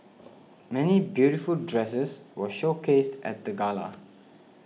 many beautiful dresses were showcased at the gala